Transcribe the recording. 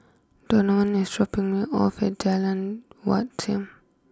Donavon is dropping me off at Jalan Wat Siam